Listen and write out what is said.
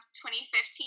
2015